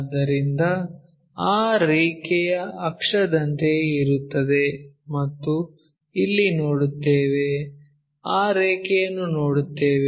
ಆದ್ದರಿಂದ ಆ ರೇಖೆಯು ಅಕ್ಷದಂತೆಯೇ ಇರುತ್ತದೆ ಮತ್ತು ಇಲ್ಲಿ ನೋಡುತ್ತೇವೆ ಆ ರೇಖೆಯನ್ನು ನೋಡುತ್ತೇವೆ